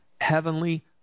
heavenly